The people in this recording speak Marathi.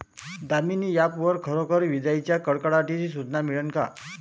दामीनी ॲप वर खरोखर विजाइच्या कडकडाटाची सूचना मिळन का?